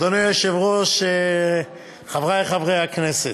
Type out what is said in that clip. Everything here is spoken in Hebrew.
אדוני היושב-ראש, חברי חברי הכנסת,